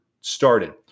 started